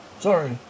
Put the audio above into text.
Sorry